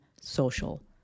social